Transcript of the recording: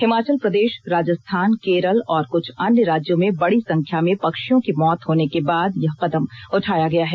हिमाचल प्रदेश राजस्थान केरल और कुछ अन्य राज्यों में बड़ी संख्या में पक्षियों की मौत होने के बाद यह कदम उठाया गया है